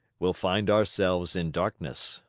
we'll find ourselves in darkness.